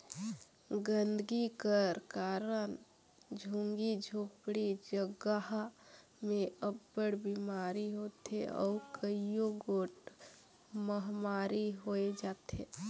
गंदगी कर कारन झुग्गी झोपड़ी जगहा में अब्बड़ बिमारी होथे अउ कइयो गोट महमारी होए जाथे